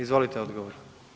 Izvolite odgovor.